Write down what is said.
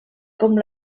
com